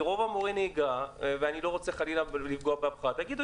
כי רוב מורי הנהיגה ואני לא רוצה חלילה לפגוע באף אחד יגידו